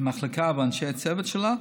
במחלקה ובאנשי הצוות שלה,